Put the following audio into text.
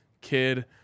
kid